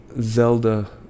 Zelda